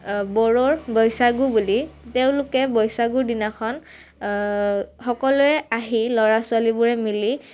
বড়োৰ বৈশাগু বুলি তেওঁলোকে বৈশাগুৰ দিনাখন সকলোৱে আহি ল'ৰা ছোৱালীবোৰে মিলি